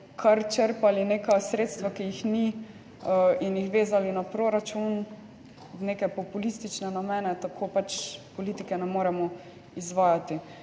kar črpali neka sredstva, ki jih ni, in jih vezali na proračun v neke populistične namene, tako pač politike ne moremo izvajati.